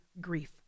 grief